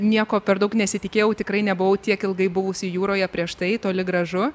nieko per daug nesitikėjau tikrai nebuvau tiek ilgai buvusi jūroje prieš tai toli gražu